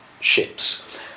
ships